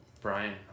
Brian